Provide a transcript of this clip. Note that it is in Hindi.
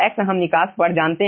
x हम निकास पर जानते हैं